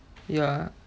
ya